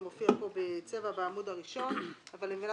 זה מופיע בצבע בעמוד הראשון ואני מבינה